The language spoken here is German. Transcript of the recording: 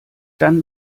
dann